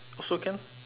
so can